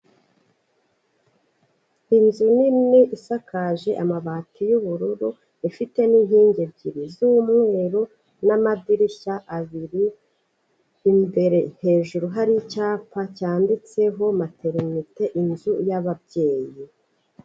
Inzu nini isakaje amabati y'ubururu, ifite n'inkingi ebyiri z'umweru n'amadirishya abiri, imbere hejuru hari icyapa cyanditseho materinete, inzu y'ababyeyi.